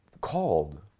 called